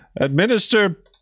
Administer